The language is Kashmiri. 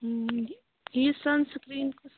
یہِ سَن سِکریٖن کُس